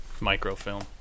Microfilm